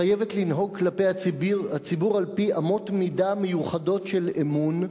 חייבת לנהוג כלפי הציבור על-פי אמות-מידה מיוחדות של אמון.